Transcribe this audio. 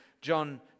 John